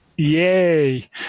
Yay